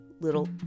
little